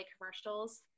commercials